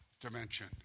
dimension